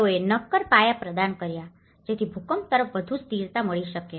તેઓએ નક્કર પાયા પ્રદાન કર્યા જેથી ભૂકંપ તરફ વધુ સ્થિરતા મળી શકે